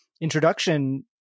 introduction